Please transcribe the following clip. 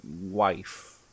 wife